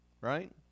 right